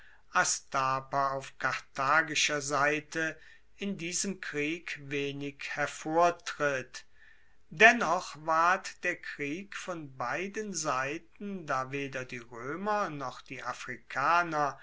astapa auf karthagischer seite in diesem krieg wenig hervortritt dennoch ward der krieg von beiden seiten da weder die roemer noch die afrikaner